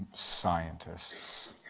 scientists? i